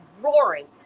roaring